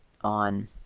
on